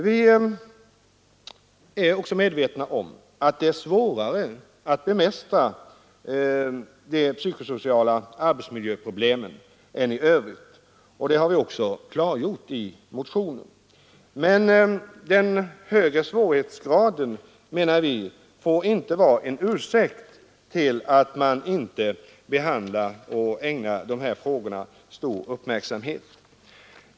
Vi är medvetna om att de psykosociala problemen är svårare att bemästra än arbetsmiljöproblemen i övrigt, och det har vi också klargjort i motionen, men den högre svårighetsgraden får inte, menar vi, vara en ursäkt för att inte ägna de här frågorna stor uppmärksamhet.